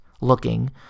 looking